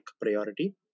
priority